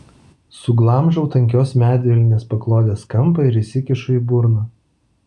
suglamžau tankios medvilnės paklodės kampą ir įsikišu į burną